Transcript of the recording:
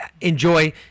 enjoy